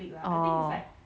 oh